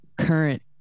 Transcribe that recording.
current